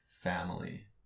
family